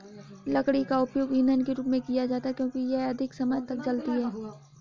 लकड़ी का उपयोग ईंधन के रूप में किया जाता है क्योंकि यह अधिक समय तक जलती है